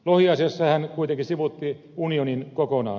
lohiasiassa hän kuitenkin sivuutti unionin kokonaan